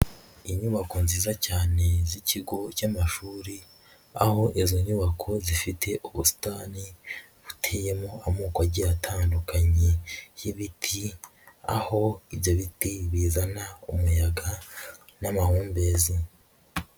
Inyubako nziza cyane z'ikigo cy'amashuri aho izo nyubako zifite ubusitani buteyemo amoko agiye atandukanye y'ibiti, aho ibyo biti bizana umuyaga n'amahumbezi.